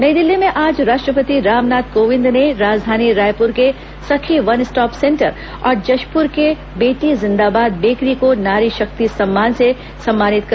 नई दिल्ली में आज राष्ट्रपति रामनाथ कोविंद ने राजधानी रायपुर के सखी वन स्टॉप सेंटर और जशपुर के बेटी जिंदाबाद बेकरी को नारीशक्ति सम्मान से सम्मानित किया